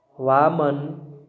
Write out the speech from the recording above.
Vaman